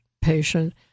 patient